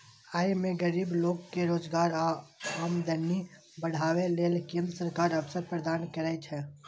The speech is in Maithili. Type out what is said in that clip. अय मे गरीब लोक कें रोजगार आ आमदनी बढ़ाबै लेल केंद्र सरकार अवसर प्रदान करै छै